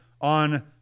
on